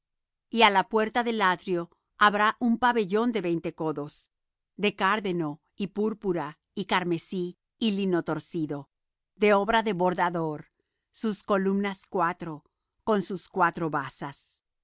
á la puerta del atrio habrá un pabellón de veinte codos de cárdeno y púrpura y carmesí y lino torcido de obra de bordador sus columnas cuatro con sus cuatro basas